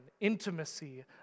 intimacy